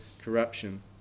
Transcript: corruption